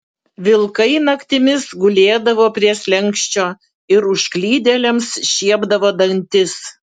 vilkai naktimis gulėdavo prie slenksčio ir užklydėliams šiepdavo dantis